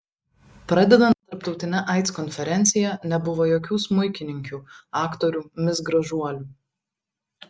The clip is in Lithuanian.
pradedant tarptautine aids konferencija nebuvo jokių smuikininkių aktorių mis gražuolių